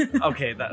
okay